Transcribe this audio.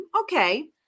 Okay